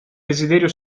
desiderio